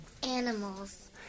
Animals